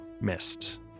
missed